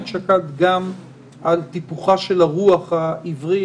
שקד גם על טיפוחה של הרוח העברית,